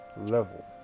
level